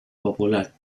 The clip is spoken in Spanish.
popular